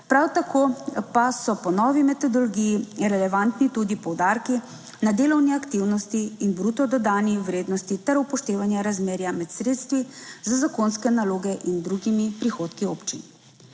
Prav tako pa so po novi metodologiji relevantni tudi poudarki na delovni aktivnosti in bruto dodani vrednosti ter upoštevanje razmerja med sredstvi za zakonske naloge in drugimi prihodki občin.